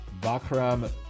Bakram